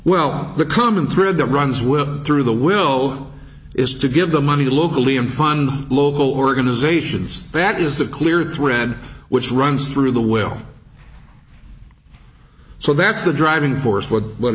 well the common thread that runs well through the will is to give the money locally and fund local organizations that is the clear thread which runs through the well so that's the driving force what what